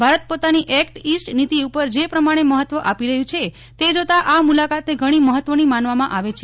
ભારત પોતાની act east નિતી ઉપર જે પ્રમાણે મહત્વ આપી રહ્યું છે તે જોતા આ મુલાકાતને ઘણી મહત્વની માનવામાં આવે છે